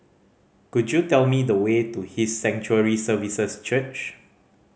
could you tell me the way to His Sanctuary Services Church